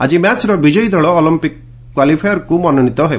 ଆଜି ମ୍ୟାଚ୍ର ବିଜୟୀ ଦଳ ଅଲିମ୍ପିକ୍ କ୍ୱାଲିଫାୟରକୁ ମନୋନୀତ ହେବ